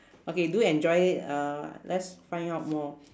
okay do enjoy it uh let's find out more